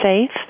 safe